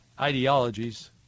ideologies